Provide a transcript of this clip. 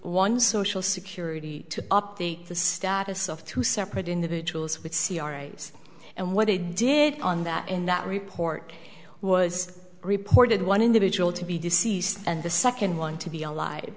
one social security to update the status of two separate individuals with c r a's and what they did on that in that report was reported one individual to be deceased and the second one to be a li